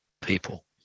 people